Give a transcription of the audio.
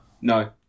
No